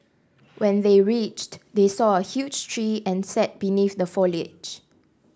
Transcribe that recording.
when they reached they saw a huge tree and sat beneath the foliage